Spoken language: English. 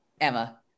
Emma